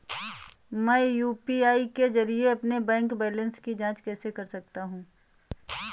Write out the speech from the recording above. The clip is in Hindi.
मैं यू.पी.आई के जरिए अपने बैंक बैलेंस की जाँच कैसे कर सकता हूँ?